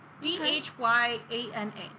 D-H-Y-A-N-A